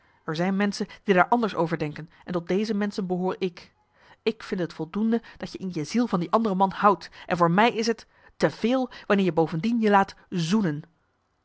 er zijn menschen die daar anders over denken en tot deze menschen behoor ik ik vind t voldoende dat je in je ziel van die andere man houdt en voor mij is t te veel wanneer je bovendien je laat zoenen